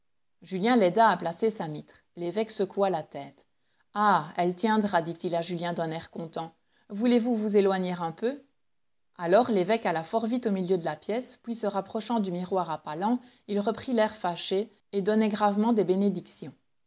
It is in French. julien l'aida à placer sa mitre l'évoque secoua la tête ah elle tiendra dit-il à julien d'un air content voulez-vous vous éloigner un peu alors l'évêque alla fort vite au milieu de la pièce puis se rapprochant du miroir à pas lents il reprit l'air fâché et donnait gravement des bénédictions